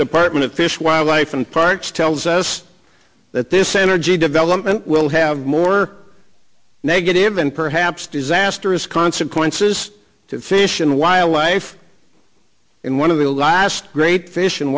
department of fish wildlife and parks tells us that this energy development will have more negative and perhaps disastrous consequences to fish and wildlife and one of the last great fish